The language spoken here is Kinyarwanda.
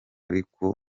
ariko